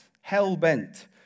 Hell-bent